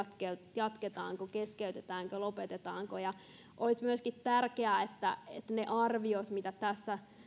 jatketaanko keskeytetäänkö lopetetaanko olisi myöskin tärkeää että ne arviot mitä tässä